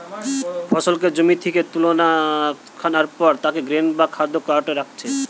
ফসলকে জমি থিকে তুলা আনার পর তাকে গ্রেন বা খাদ্য কার্টে রাখছে